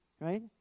right